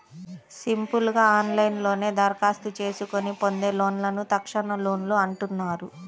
simple గా ఆన్లైన్లోనే దరఖాస్తు చేసుకొని పొందే లోన్లను తక్షణలోన్లు అంటున్నారు